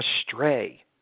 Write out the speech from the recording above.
astray